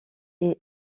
est